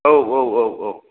औ औ औ औ